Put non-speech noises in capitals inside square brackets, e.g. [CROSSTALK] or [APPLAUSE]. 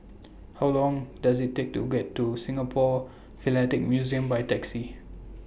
[NOISE] How Long Does IT Take to get to Singapore Philatelic Museum By Taxi